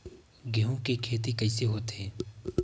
गेहूं के खेती कइसे होथे?